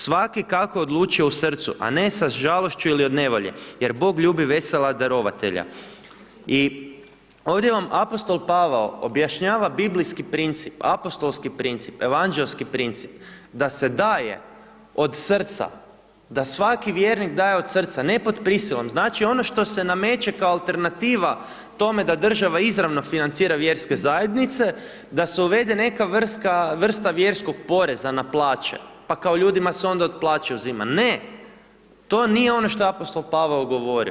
Svaki kako je odlučio u srcu, a ne sa žalošću ili od nevolje jer Bog ljubi vesela darovatelja.“ I ovdje vam apostol Pavao objašnjava biblijski princip, apostolski princip, evanđeoski princip da se daje od srca, da svaki vjernik daje od srca, ne pod prisilom, znači, ono što se nameće kao alternativa tome da država izravno financira vjerske zajednice, da se uvede neka vrsta vjerskog poreza na plaće, pa kao ljudima se onda od plaće uzima, ne, to nije ono što je apostol Pavao govorio.